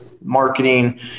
marketing